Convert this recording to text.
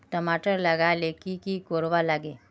टमाटर लगा ले की की कोर वा लागे?